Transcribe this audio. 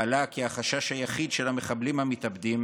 עלה כי החשש היחיד של המחבלים המתאבדים